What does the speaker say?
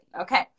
Okay